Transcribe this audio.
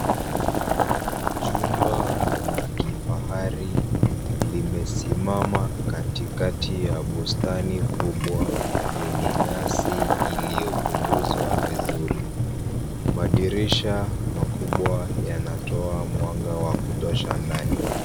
Jumba la kifahari limesimama katikati ya bustani kubwa yenye nyasi iliyopunguzwa vizuri. Madirisha makubwa yanatoa mwanga wa kutosha ndani.